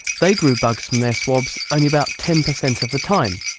they grew bugs from their swabs only about ten percent of the time.